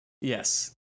Yes